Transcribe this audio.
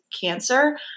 cancer